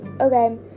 Okay